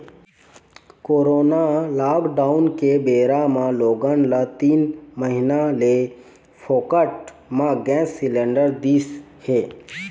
corona lockdown के बेरा म लोगन ल तीन महीना ले फोकट म गैंस सिलेंडर दिस हे